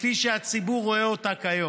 כפי שהציבור רואה אותה כיום.